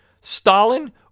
Stalin